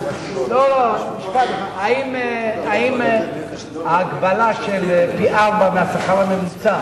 האם ההגבלה של פי-ארבעה השכר הממוצע